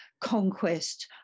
conquest